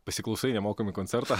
pasiklausai nemokami koncerto